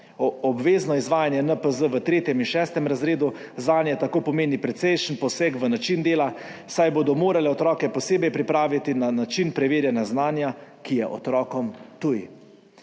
Obvezno izvajanje NPZ v 3. in 6. razredu zanje tako pomeni precejšen poseg v način dela, saj bodo morali otroke posebej pripraviti na način preverjanja znanja, ki je otrokom tuj.